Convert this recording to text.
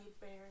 Bears